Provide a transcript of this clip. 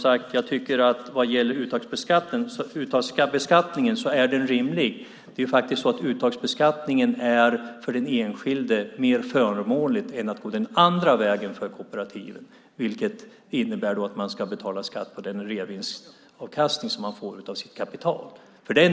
Jag tycker, som sagt, att uttagsbeskattningen är rimlig. För den enskilde är det mer förmånligt än att gå den andra vägen för kooperativet, vilket innebär att man ska betala skatt på den reavinstavkastning som man får av sitt kapital.